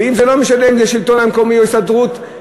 ולא משנה אם זה השלטון המקומי או ההסתדרות,